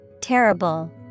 Terrible